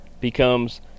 becomes